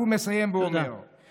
הוא מסיים ואומר, תודה.